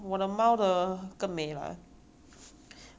我的猫它的毛比我的头发更美